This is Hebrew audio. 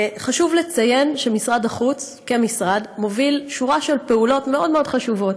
חשוב לציין שמשרד החוץ כמשרד מוביל שורה של פעולות מאוד מאוד חשובות.